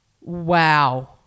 Wow